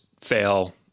fail